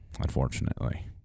unfortunately